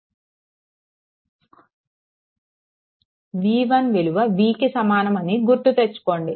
v1 విలువ vకి సమానం అని గుర్తు తెచ్చుకోండి